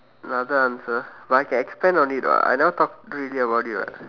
another answer but I can expand on it what I never talk really about it what